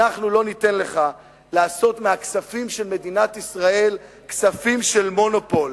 אנחנו לא ניתן לך לעשות מהכספים של מדינת ישראל כספים של "מונופול".